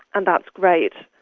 and that's great.